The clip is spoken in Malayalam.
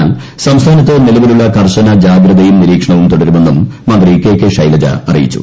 എന്നാൽ സംസ്ഥാനത്ത് നിലവിലുള്ള കർശന ജാഗ്രതയും നിരീക്ഷണവും തുടരുമെന്നും മന്ത്രി കെ കെ ശൈലജ അറിയിച്ചു